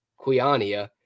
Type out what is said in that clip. Quiania